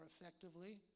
effectively